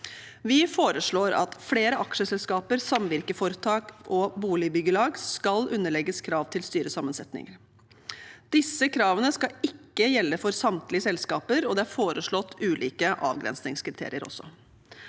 Vi foreslår at flere aksjeselskaper, samvirkeforetak og boligbyggelag skal underlegges krav til styresammensetning. Disse kravene skal ikke gjelde for samtlige selskaper, og det er også foreslått ulike avgrensingskriterier.